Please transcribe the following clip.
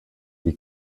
die